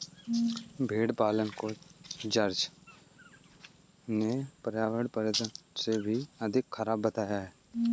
भेड़ पालन को जॉर्ज ने पर्यावरण परिवर्तन से भी अधिक खराब बताया है